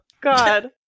God